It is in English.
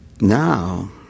Now